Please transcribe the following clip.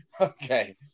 okay